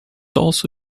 also